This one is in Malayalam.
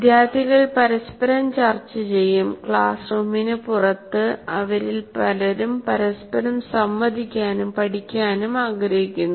വിദ്യാർത്ഥികൾ പരസ്പരം ചർച്ച ചെയ്യും ക്ലാസ് റൂമിന് പുറത്ത് അവരിൽ പലരും പരസ്പരം സംവദിക്കാനും പഠിക്കാനും ആഗ്രഹിക്കുന്നു